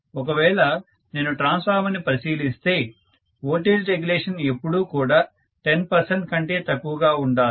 ఒకవేళ నేను ట్రాన్స్ఫార్మర్ ని పరిశీలిస్తే వోల్టేజ్ రెగ్యులేషన్ ఎప్పుడూ కూడా 10 పర్సెంట్ కంటే తక్కువ గా ఉండాలి